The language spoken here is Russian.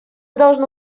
должны